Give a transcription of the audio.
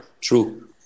True